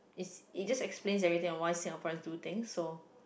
it's it just explains everything on why Singaporeans do things so